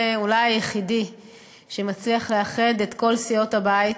אולי היחידי שמצליח לאחד את כל סיעות הבית.